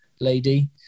lady